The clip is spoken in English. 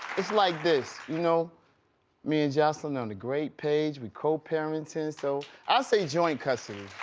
it's like this. you know me and joseline on a great page, we co-parenting so, i say joint custody.